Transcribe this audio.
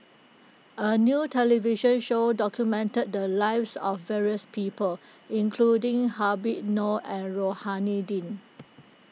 a new television show documented the lives of various people including Habib Noh and Rohani Din